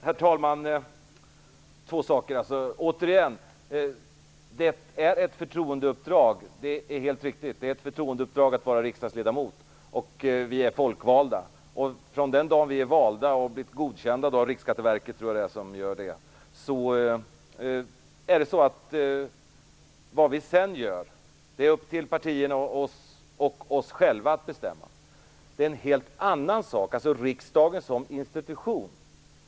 Herr talman! Två saker vill jag återigen ta upp. Det är ett förtroendeuppdrag att vara riksdagsledamot. Det är helt riktigt. Vi är folkvalda. Från den dagen vi är valda och godkända av Riksskatteverket, som jag tror gör detta, är det upp till partierna och oss själva att bestämma vad vi gör. En helt annan sak är riksdagen som institution.